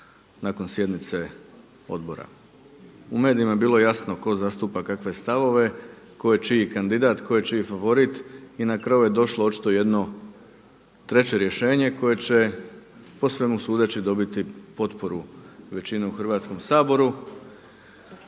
nakon sjednice odbora. U medijima je bilo jasno tko zastupa kakve stavove, ko je čiji kandidat, tko je čiji favorit i na kraju je došlo očito jedno treće rješenje koje će po svemu sudeći dobiti potporu većine u Hrvatskom saboru.